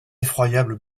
effroyable